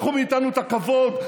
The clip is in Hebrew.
לקחו מאיתנו את הכבוד,